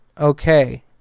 Okay